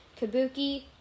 Kabuki